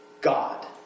God